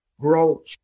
growth